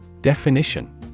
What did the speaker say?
Definition